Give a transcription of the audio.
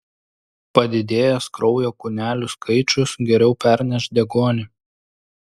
padidėjęs kraujo kūnelių skaičius geriau perneš deguonį